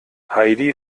heidi